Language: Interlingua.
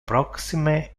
proxime